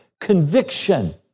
conviction